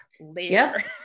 later